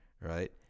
right